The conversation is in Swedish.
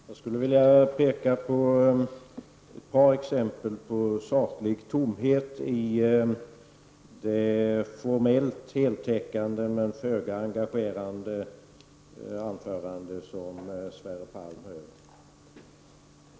Herr talman! Jag skulle vilja peka på ett par exempel på saklig tomhet i det formellt heltäckande men föga engagerande anförande som Sverre Palm höll.